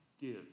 give